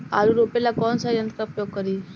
आलू रोपे ला कौन सा यंत्र का प्रयोग करी?